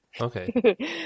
Okay